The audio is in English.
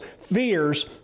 fears